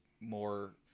more